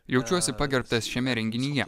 jaučiuosi pagerbtas šiame renginyje